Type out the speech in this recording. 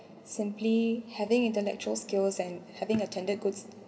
simply having intellectual skills and having attended goods